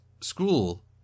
school